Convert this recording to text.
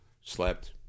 slept